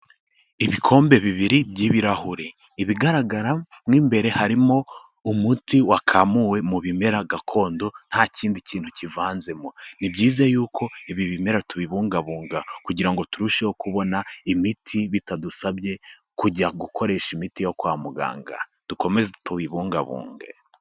Ibikombe bibiri by'ibirahure. Ibigaragara mo imbere harimo umuti wakamuwe mu bimera gakondo nta kindi kintu kivanzemo. Ni byiza yuko ibi bimera tubibungabunga kugira ngo turusheho kubona imiti bitadusabye kujya gukoresha imiti yo kwa muganga. Dukomeze tubibungabunge.